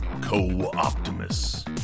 Co-Optimus